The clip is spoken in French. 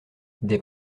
des